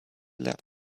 left